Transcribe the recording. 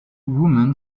women